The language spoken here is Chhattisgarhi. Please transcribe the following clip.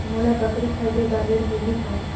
मोला बकरी खरीदे बार ऋण मिलही कौन?